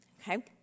Okay